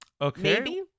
Okay